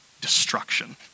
destruction